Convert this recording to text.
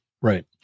Right